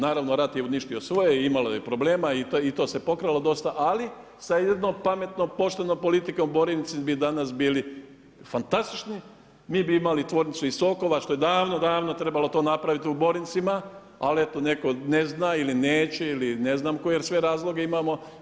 Naravno, rat je uništio svoje i imalo je problema i to se pokralo dosta, ali sa jednom pametnom, poštenom politikom Borinci bi danas bili fantastični, mi bi imali tvornicu i sokova što je davno, davno trebalo to napraviti u Borincima, ali eto, netko ne zna ili neće ili ne znam koje sve razloge imamo.